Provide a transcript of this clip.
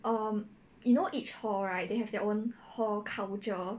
um you know each hall right they have their own hall culture